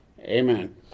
Amen